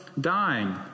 dying